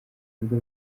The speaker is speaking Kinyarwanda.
bigo